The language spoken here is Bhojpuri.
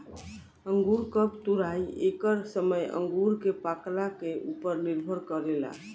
अंगूर कब तुराई एकर समय अंगूर के पाकला के उपर निर्भर करेला